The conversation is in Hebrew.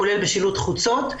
כולל בשילוט חוצות,